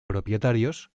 propietarios